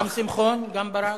גם שמחון, גם ברק.